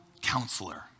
Counselor